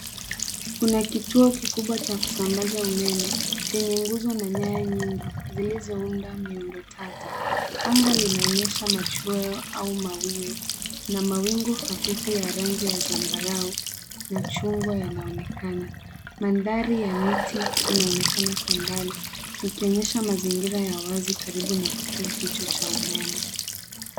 Kuna kituo kikubwa cha kusambaza umeme chenye nguzo na nyaya nyingi zilizounda miundo tata. Anga linaonyesha machweo au mawio na mawingu hafifu ya rangi ya zambarau na chungwa yanaonekana. Mandhari ya miti inaonekana kwa mbali, ikionyesha mazingira ya wazi karibu na kituo hicho cha umeme.